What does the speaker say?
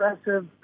aggressive